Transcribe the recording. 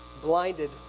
blinded